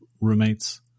roommates